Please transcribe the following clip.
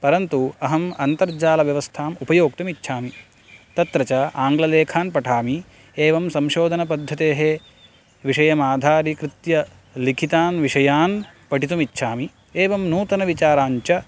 परन्तु अहम् अन्तर्जालव्यवस्थाम् उपयोक्तुम् इच्छामि तत्र च आङ्ग्ललेखान् पठामि एवं संशोधनपद्धतेः विषयम् आधारीकृत्य लिखितान् विषयान् पठितुम् इच्छामि एवं नूतनविचाराञ्च